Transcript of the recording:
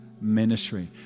ministry